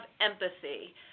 empathy